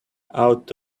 out